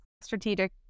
strategic